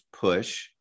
push